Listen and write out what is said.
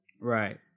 Right